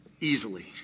easily